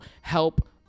help